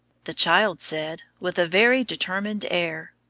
the child said, with a very determined air,